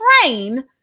train